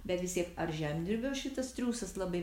bet vis tiek ar žemdirbio šitas triūsas labai